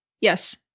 Yes